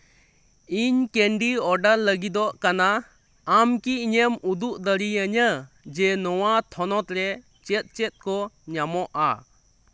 ᱤᱧ candy order ᱞᱟᱹᱜᱤᱫᱚᱜ ᱠᱟᱱᱟ ᱟᱢ ᱠᱤ ᱤᱧᱮᱢ ᱩᱫᱩᱜ ᱫᱟᱲᱮᱭᱟᱧᱟ ᱡᱮ ᱱᱚᱣᱟ ᱛᱷᱚᱱᱚᱛ ᱨᱮ ᱪᱮᱫ ᱪᱮᱫ ᱠᱚ ᱧᱟᱢᱚᱜᱼᱟ